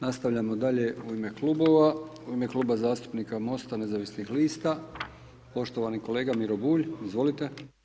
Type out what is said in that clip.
Nastavljamo dalje u ime klubova, u ime kluba zastupnika MOST-a nezavisnih lista, poštovani kolega Miro Bulj, izvolite.